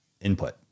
input